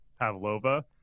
pavlova